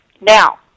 Now